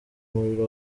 umuriro